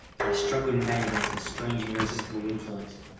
and i struggled in vain against its strange and irresistible influence.